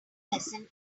lesson